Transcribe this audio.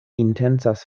intencas